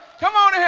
come on in here.